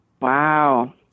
Wow